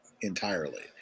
entirely